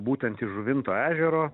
būtent iš žuvinto ežero